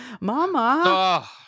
mama